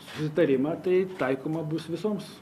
susitarimą tai taikoma bus visoms